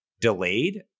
delayed